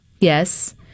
Yes